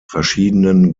verschiedenen